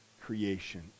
creation